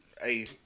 hey